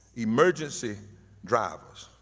emergency drivers.